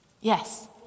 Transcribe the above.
Yes